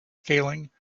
scaling